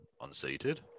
unseated